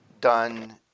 done